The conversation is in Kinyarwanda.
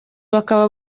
bakaba